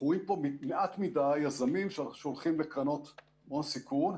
אנחנו רואים מעט מדי יזמים שהולכים לקרנות הון סיכון.